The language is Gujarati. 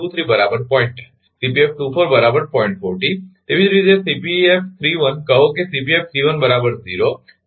10 બરાબર મૂકી રહ્યો છું તો પછી તેવી જ રીતે કહો કે